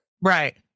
Right